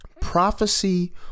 prophecy